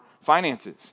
finances